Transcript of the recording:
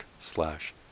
slash